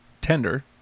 tender